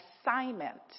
assignment